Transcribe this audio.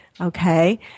Okay